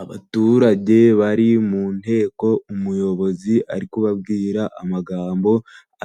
Abaturage bari mu nteko, umuyobozi ari kubabwira amagambo